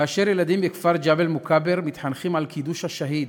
כאשר ילדים בכפר ג'בל-מוכבר מתחנכים על קידוש השהיד